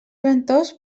ventós